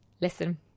Listen